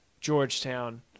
Georgetown